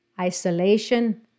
isolation